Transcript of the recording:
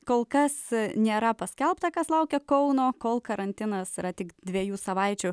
kol kas nėra paskelbta kas laukia kauno kol karantinas yra tik dviejų savaičių